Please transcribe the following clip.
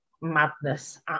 Madness